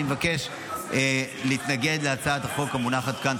אני מבקש להתנגד להצעת החוק המונחת כאן.